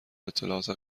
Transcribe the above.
اطلاعات